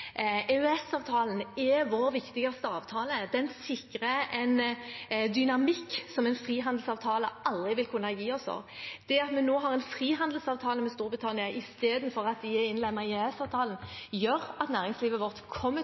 er vår viktigste avtale. Den sikrer en dynamikk som en frihandelsavtale aldri vil kunne gi oss. Det at vi nå har en frihandelsavtale med Storbritannia i stedet for at de er innlemmet i EØS-avtalen, gjør at næringslivet vårt kommer